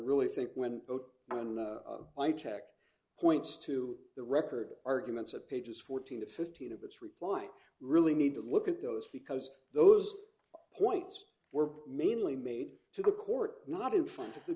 really think when o t and i check points to the record arguments of pages fourteen to fifteen of its reply i really need to look at those because those points were mainly made to the court not in front of the